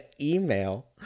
email